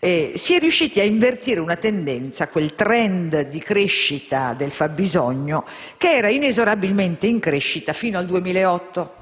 riuscendo ad invertire una tendenza, quel *trend* di crescita del fabbisogno che era inesorabilmente in crescita fino al 2008.